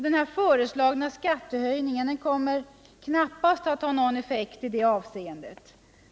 Den föreslagna skattehöjningen kommer knappast att ha någon effekt i det avseendet.